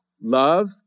love